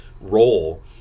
role